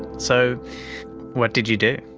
so what did you do?